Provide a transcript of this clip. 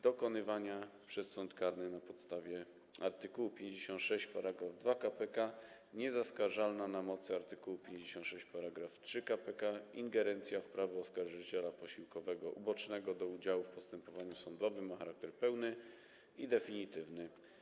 Dokonywana przez sąd karny na podstawie art. 56 § 2 k.p.k. niezaskarżalna na mocy art. 56 § 3 k.p.k. ingerencja w prawo oskarżyciela posiłkowego ubocznego do udziału w postępowaniu sądowym ma charakter pełny i definitywny.